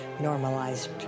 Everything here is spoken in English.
normalized